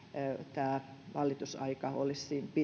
tämä valitusaika olisi